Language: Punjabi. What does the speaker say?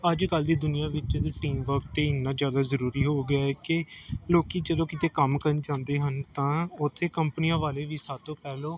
ਅੱਜ ਕੱਲ੍ਹ ਦੀ ਦੁਨੀਆ ਵਿੱਚ ਵੀ ਟੀਮ ਵਰਕ ਤਾਂ ਇੰਨਾ ਜ਼ਿਆਦਾ ਜ਼ਰੂਰੀ ਹੋ ਗਿਆ ਕਿ ਲੋਕ ਜਦੋਂ ਕਿਤੇ ਕੰਮ ਕਰਨ ਜਾਂਦੇ ਹਨ ਤਾਂ ਉੱਥੇ ਕੰਪਨੀਆਂ ਵਾਲੇ ਵੀ ਸਭ ਤੋਂ ਪਹਿਲਾਂ